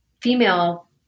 female